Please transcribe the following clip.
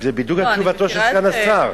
זה בדיוק תשובתו של סגן השר.